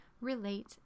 relate